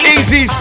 Easy